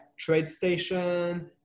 TradeStation